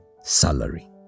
salary